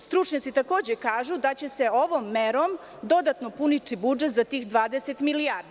Stručnjaci takođe kažu da će se ovom merom dodatno puniti budžet za tih 20 milijardi.